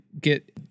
get